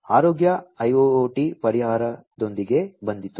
ಆರೋಗ್ಯ IIoT ಪರಿಹಾರದೊಂದಿಗೆ ಬಂದಿತು